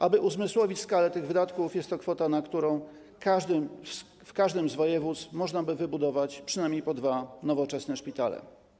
Aby uzmysłowić skalę tych wydatków - jest to kwota, za którą w każdym z województw można by wybudować przynajmniej po dwa nowoczesne szpitale.